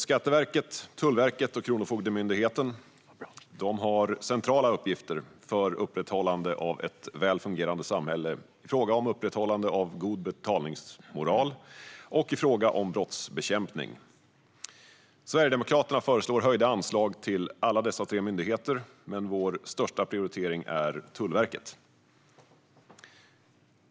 Skatteverket, Tullverket och Kronofogdemyndigheten har centrala uppgifter för upprätthållande av ett väl fungerande samhälle, i fråga om upprätthållande av god betalningsmoral och i fråga om brottsbekämpning. Sverigedemokraterna föreslår höjda anslag till alla dessa tre myndigheter, men vår största prioritering är Tullverket.